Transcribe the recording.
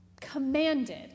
commanded